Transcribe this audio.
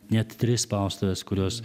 net tris spaustuves kurios